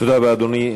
תודה רבה, אדוני.